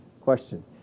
question